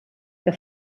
que